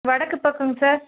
வடக்கு பக்கங்க சார்